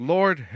Lord